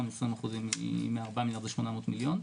20% מארבעה מיליארד זה 800 מיליון.